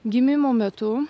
gimimo metu